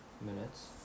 minutes